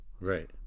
right